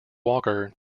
walker